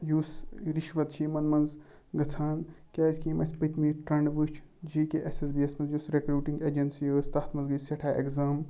یُس رِشوَت چھِ یِمَن منٛز گژھان کیٛازِکہِ یِم اَسہِ پٔتمہِ ٹرٛٮ۪نڈ وٕچھ J K S S B یس منٛز یُس رکیوٗٹِنٛگ ایجَنسی ٲسۍ تَتھ منٛز گٔے سیٚٹھاہ ایٚکزام